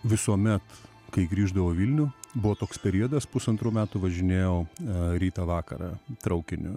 visuomet kai grįždavau į vilnių buvo toks periodas pusantrų metų važinėjau rytą vakarą traukiniu